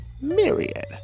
myriad